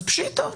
אז פשיטא,